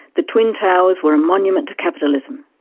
the twin towers were a monument to capitalism.